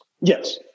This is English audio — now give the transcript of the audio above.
Yes